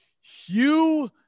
Hugh